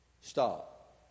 stop